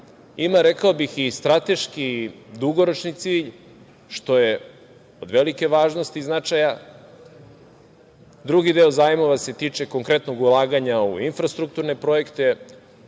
ima, rekao bih, i strateški i dugoročni cilj, što je od velike važnosti i značaja. Drugi deo zajmova se tiče konkretnog ulaganja u infrastrukturne projekte.